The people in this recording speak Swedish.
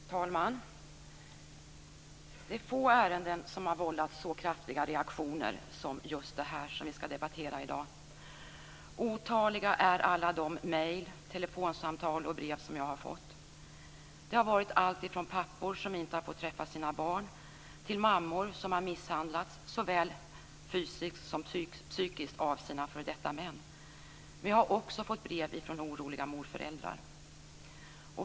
Fru talman! Det är få ärenden som har vållat så kraftiga reaktioner som det som vi skall debattera i dag. Otaliga är alla de mejl, telefonsamtal och brev som jag har fått. De har kommit från alltifrån pappor som inte fått träffa sina barn till mammor som misshandlats såväl fysiskt som psykiskt av sina f.d. män. Vi har också fått brev ifrån oroliga morföräldrar.